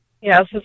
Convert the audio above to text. Yes